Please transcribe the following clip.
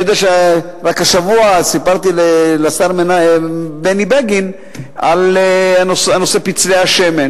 רק השבוע סיפרתי לשר בני בגין על נושא פצלי השמן,